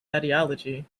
ideology